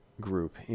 group